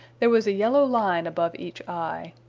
there was a yellow line above each eye.